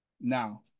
Now